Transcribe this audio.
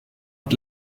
und